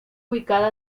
ubicada